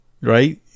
right